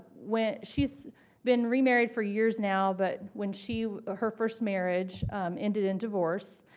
went she's been remarried for years now, but when she her first marriage ended in divorce,